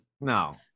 No